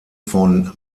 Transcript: von